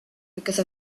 because